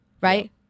right